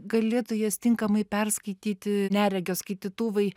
galėtų jas tinkamai perskaityti neregio skaitytuvai